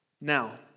Now